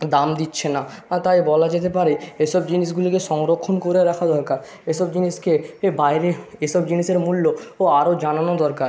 দাম দিচ্ছে না আর তাই বলা যেতে পারে এসব জিনিসগুলিকে সংরক্ষণ করে রাখা দরকার এসব জিনিসকে এ বাইরে এসব জিনিসের মূল্য ও আরও জানানো দরকার